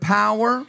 power